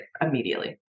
immediately